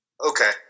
Okay